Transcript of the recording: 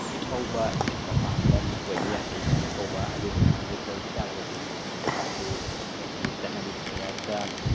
ꯈꯖꯤꯛ ꯐꯥꯎꯕ ꯃꯄꯥꯟꯗ ꯂꯤꯛ ꯑꯣꯏꯕ ꯌꯥꯗꯦ ꯈꯖꯤꯛ ꯐꯥꯎꯕ ꯑꯗꯨꯗꯨꯅ ꯂꯤꯛ ꯑꯣꯏꯕ ꯇꯥꯔꯕꯗꯤ ꯃꯗꯣ ꯃꯣꯏꯒꯤ ꯆꯠꯅꯕꯤ ꯄ꯭ꯔꯦꯌꯔꯗ